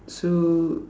so